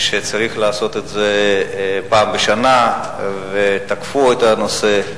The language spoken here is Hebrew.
שצריך לעשות את זה פעם בשנה, ותקפו את הנושא.